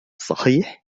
صحيح